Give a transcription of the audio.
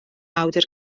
awdur